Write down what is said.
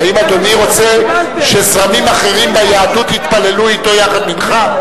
האם אדוני רוצה שזרמים אחרים ביהדות יתפללו אתו יחד מנחה?